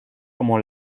como